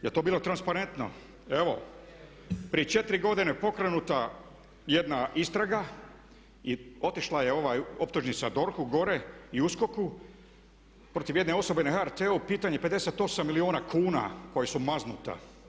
Je li to bilo transparentno, evo, prije 4 godine pokrenuta jedna istraga i otišla je optužnica DORH-u gore i USKOK-u protiv jedne osobe na HRT-u, pitanje 58 milijuna kuna koja su maznuta.